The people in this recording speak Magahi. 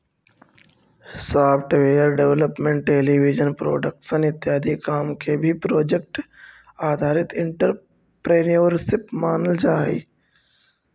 सॉफ्टवेयर डेवलपमेंट टेलीविजन प्रोडक्शन इत्यादि काम के भी प्रोजेक्ट आधारित एंटरप्रेन्योरशिप मानल जा हई